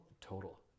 total